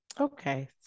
Okay